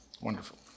Wonderful